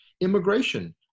immigration